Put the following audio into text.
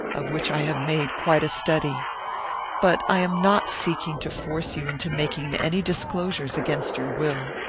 of which i have made quite a study but i am not seeking to force you into making any disclosures against your will.